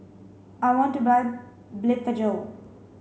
I want to buy Blephagel